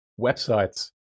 websites